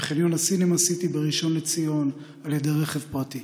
בחניון הסינמה סיטי בראשון לציון על ידי רכב פרטי.